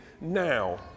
now